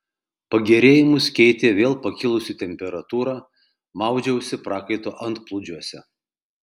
pagerėjimus keitė vėl pakilusi temperatūra maudžiausi prakaito antplūdžiuose